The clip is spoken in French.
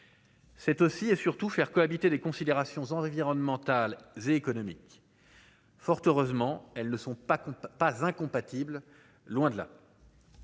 C'est aussi et surtout faire cohabiter des considérations environnementales et économiques, fort heureusement, elles ne sont pas qu'on ne peut pas incompatibles, loin de là.